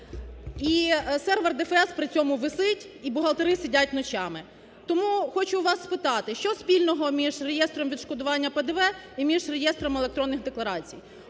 і сервер ДФС при цьому висить, і бухгалтери сидять ночами. Тому хочу у вас спитати, що спільного між реєстрами відшкодування ПДВ і між реєстрами електронних декларацій.